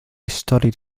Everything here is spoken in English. studied